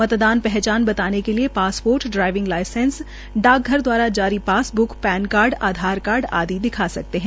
मतदाता पहचान बताने के लिए पासपोर्ट ड्राइविंग लाइसेंस डाकघर दवारा जारी passbook PAN card Aadhaar card आदि भी दिखा सकते हैं